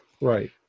Right